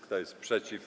Kto jest przeciw?